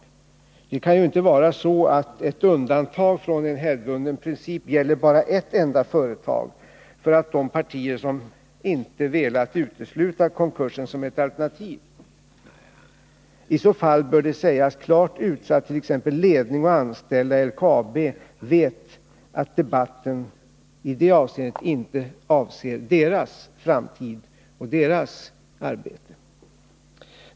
För de partier som inte har velat utesluta konkursen som ett alternativ kan ju ett undantag från en hävdvunnen princip inte gälla bara ett företag. I så fall bör det sägas klart ut, så att t.ex. ledning och anställda i LKAB vet att debatten i det avseendet inte gäller deras framtid och deras arbete.